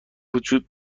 وجود